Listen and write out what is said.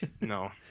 No